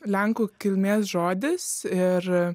lenkų kilmės žodis ir